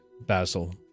Basil